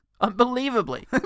Unbelievably